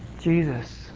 Jesus